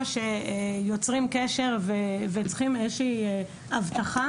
שיוצרים קשר וצריכים איזושהי אבטחה.